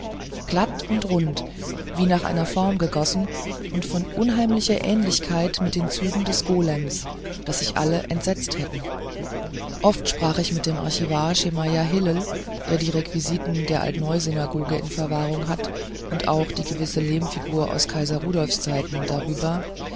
glatt und rund wie nach einer form gegossen und von unheimlicher ähnlichkeit mit den zügen des golem daß sich alle entsetzt hätten oft sprach ich mit dem archivar schemajah hillel der die requisiten der altneusynagoge in verwahrung hat und auch die gewisse lehmfigur aus kaiser rudolfs zeiten darüber